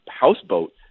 houseboat